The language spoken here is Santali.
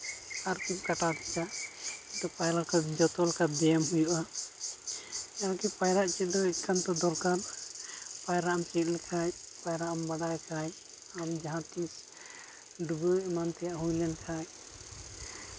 ᱟᱨᱠᱤ ᱠᱟᱴᱟᱣ ᱠᱮᱫᱟ ᱠᱤᱱᱛᱩ ᱯᱟᱭᱨᱟ ᱞᱮᱠᱟ ᱡᱚᱛᱚ ᱞᱮᱠᱟ ᱵᱮᱭᱟᱢ ᱦᱩᱭᱩᱜᱼᱟ ᱮᱢᱚᱱᱠᱤ ᱯᱟᱭᱨᱟᱜ ᱪᱮᱫ ᱫᱚ ᱮᱠᱟᱱᱛᱚ ᱫᱚᱨᱠᱟᱨ ᱯᱟᱭᱨᱟᱜᱼᱮᱢ ᱪᱮᱫ ᱞᱮᱠᱷᱟᱱ ᱯᱟᱭᱨᱟᱜᱼᱮᱢ ᱵᱟᱰᱟᱭ ᱠᱷᱟᱱ ᱟᱢ ᱡᱟᱦᱟᱸ ᱛᱤᱥ ᱰᱩᱵᱟᱹᱣ ᱮᱢᱟᱱ ᱛᱮᱭᱟᱜ ᱦᱩᱭ ᱞᱮᱱᱠᱷᱟᱱ